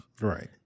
right